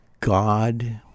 God